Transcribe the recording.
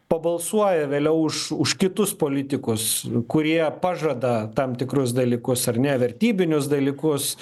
pabalsuoja vėliau už už kitus politikus kurie pažada tam tikrus dalykus ar ne vertybinius dalykus